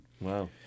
Wow